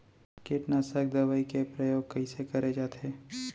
कीटनाशक दवई के प्रयोग कइसे करे जाथे?